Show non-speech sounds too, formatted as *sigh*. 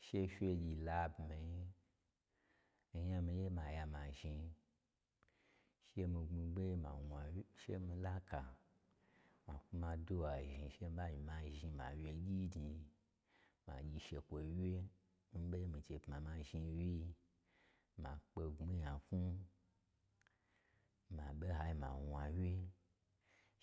She fye gyin labmi-i, on ya n mii ye ma ya ma zhni, she mii gbmi gbe ma wna-she mii laka ma kwu ma dwuwa zhni she mii ba myi ma zhni, ma wyegyi *unintelligible* ma gyi shekwoyi wye, n ɓoyi n mii chei pma ma zhni n wyi-i. Ma kpe gbmi n nya knwu, ma ɓe n hayi ma wna wye,